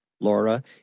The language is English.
Laura